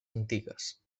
antigues